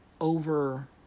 over